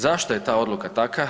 Zašto je ta odluka takva?